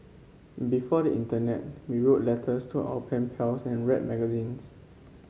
before the internet we wrote letters to our pen pals and read magazines